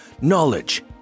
knowledge